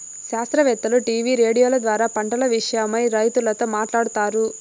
శాస్త్రవేత్తలు టీవీ రేడియోల ద్వారా పంటల విషయమై రైతులతో మాట్లాడుతారు